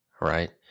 right